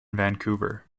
vancouver